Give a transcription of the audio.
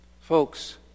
Folks